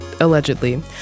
allegedly